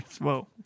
Whoa